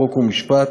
חוק ומשפט.